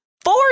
four